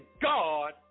God